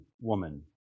woman